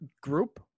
group